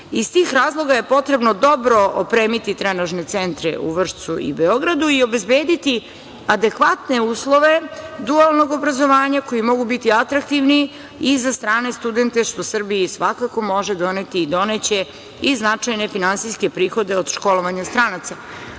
tih razloga je potrebno dobro opremiti trenažne centre u Vršcu i Beogradu i obezbediti adekvatne uslove dualnog obrazovanja koji mogu biti atraktivni i za strane studente, što Srbiji, svakako može doneti i doneće i značajne finansijske prihode od školovanja stranaca.U